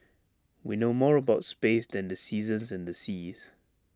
we know more about space than the seasons and the seas